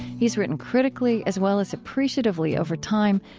he's written critically as well as appreciatively, over time,